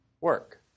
work